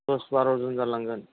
दस बार'जन जालांगोन